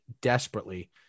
desperately